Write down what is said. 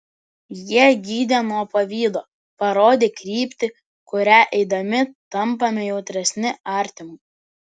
jie gydė nuo pavydo parodė kryptį kuria eidami tampame jautresni artimui